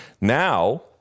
Now